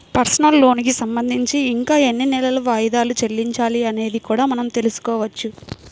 personal లోనుకి సంబంధించి ఇంకా ఎన్ని నెలలు వాయిదాలు చెల్లించాలి అనేది కూడా మనం తెల్సుకోవచ్చు